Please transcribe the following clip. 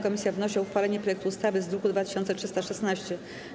Komisja wnosi o uchwalenie projektu ustawy z druku nr 2316.